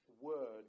word